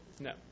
No